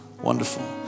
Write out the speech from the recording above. Wonderful